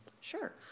sure